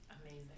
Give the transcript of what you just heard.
Amazing